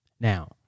now